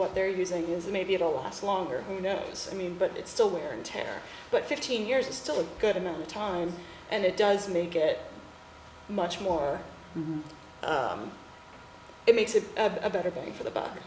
what they're using is maybe it'll last longer you know i mean but it's still wear and tear but fifteen years is still a good amount of time and it does make it much more it makes it a better bang for the buck